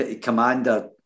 commander